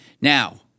Now